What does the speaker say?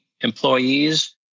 employees